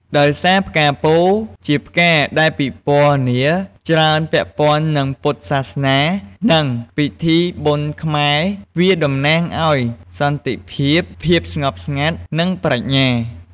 ដោយសារផ្កាពោធិ៍ជាផ្កាដែលពិពណ៌នាច្រើនពាក់ព័ន្ធនឹងពុទ្ធសាសនា និងពិធីបុណ្យខ្មែរ វាតំណាងឱ្យ សន្តិភាព ភាពស្ងប់ស្ងាត់ និងប្រាជ្ញា។